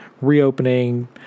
reopening